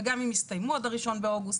וגם אם יסתיימו עד האחד באוגוסט,